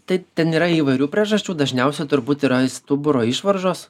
taip ten yra įvairių priežasčių dažniausia turbūt yra stuburo išvaržos